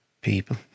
people